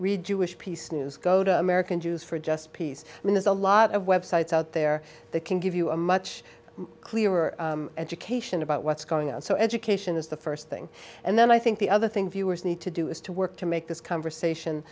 read jewish peace news go to american jews for a just peace and there's a lot of websites out there that can give you a much clearer education about what's going on so education is the first thing and then i think the other thing viewers need to do is to work to make this conversation